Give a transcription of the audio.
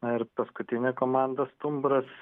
ir paskutinė komanda stumbras